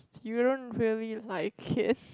you don't really like it